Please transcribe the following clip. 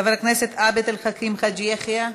חבר הכנסת עבד אל חכים חאג' יחיא,